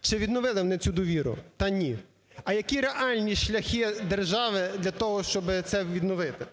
чи відновили вони цю довіру? Та ні. А які реальні шляхи держави для того, щоби це відновити?